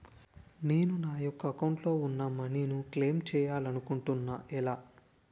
నేను నా యెక్క అకౌంట్ లో ఉన్న మనీ ను క్లైమ్ చేయాలనుకుంటున్నా ఎలా?